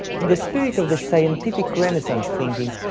in the spirit of the scientific renaissance thinking,